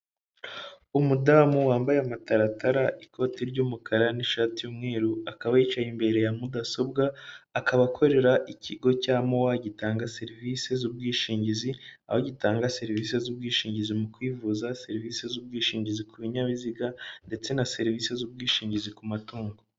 Umudamu wambaye amataratara, ikoti ry'umukara n'ishati y'umweru, akaba yicaye imbere ya mudasobwa, akaba akorera ikigo cya mowa gitanga serivisi z'ubwishingizi, aho gitanga serivisi z'ubwishingizi mu kwivuza, serivisi z'ubwishingizi ku binyabiziga ndetse na serivisi z'ubwishingizi ku matungo.